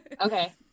okay